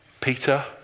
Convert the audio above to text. Peter